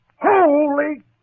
Holy